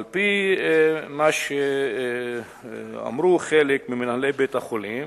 על-פי מה שאמרו חלק ממנהלי בית-החולים,